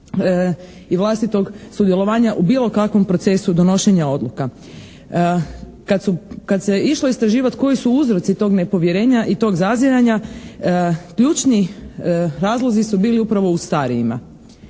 i vlastitog sudjelovanja u bilo kakvom procesu donošenja odluka. Kada se išlo istraživati koji su uzroci tog nepovjerenja i tog zaziranja, ključni razlozi su bili upravo u starijima.